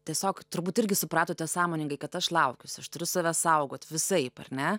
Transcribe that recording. tiesiog turbūt irgi supratote sąmoningai kad aš laukiuosi aš turiu save saugot visaip ar ne